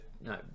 No